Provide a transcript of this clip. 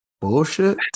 bullshit